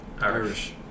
Irish